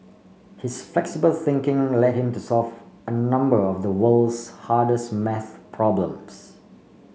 his flexible thinking led him to solve a number of the world's hardest math problems